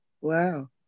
wow